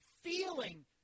feeling